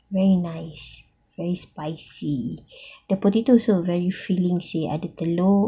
very nice very spicy the potato also very filling ada telur